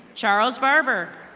charles varber.